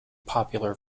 popular